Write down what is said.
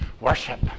worship